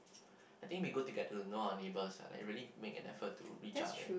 I think we could get to know our neighbours like really make an effort to reach out and